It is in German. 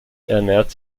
ernährt